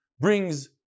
brings